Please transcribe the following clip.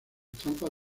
trampas